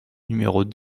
numéros